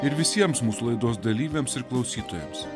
ir visiems mūsų laidos dalyviams ir klausytojams